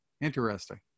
Interesting